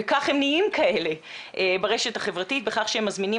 וכך הם נהיים כאלה ברשת החברתית בכך שהם מזמינים